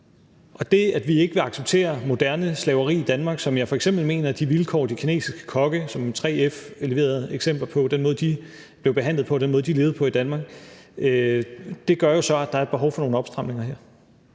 Det, at vi ikke vil acceptere moderne slaveri i Danmark, som jeg f.eks. mener vi så i forbindelse med de vilkår, de kinesiske kokke, som 3F leverede eksempler på, blev behandlet på og levede under i Danmark, gør jo så, at der er et behov for nogle opstramninger her.